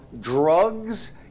drugs